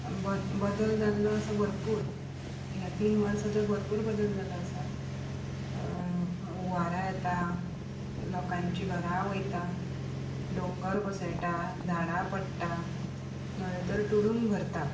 ब बदल जाल्लो आसा भरपूर ह्या तीन वर्सांनी तर भरपूर बदल जाल्लो आसा हुंवारां येता लोकांचीं घरां वयता दोंगर कोसळटा झाडां पडटा न्हंयो तर टुडूंब भरता